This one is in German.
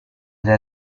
der